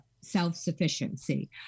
self-sufficiency